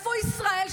איפה ישראל?